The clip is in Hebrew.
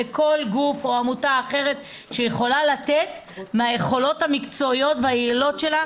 לכל גוף או עמותה אחרת שיכולה לתת מהיכולות המקצועיות והיעילות שלה,